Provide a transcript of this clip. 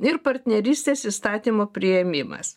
ir partnerystės įstatymo priėmimas